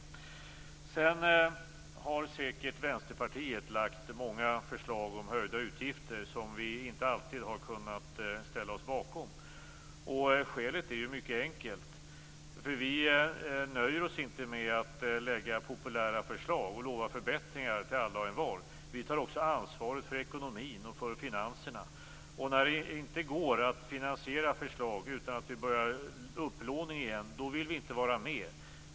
Vänsterpartiet har säkert lagt fram många förslag om höjda utgifter som vi inte alltid har kunnat ställa oss bakom. Skälet är mycket enkelt. Vi nöjer oss inte med att lägga fram populära förslag och lova förbättringar till alla och envar, utan vi tar också ansvar för ekonomin, för finanserna. När det inte går att finansiera förslag utan att på nytt börja med upplåning, då vill vi inte var med.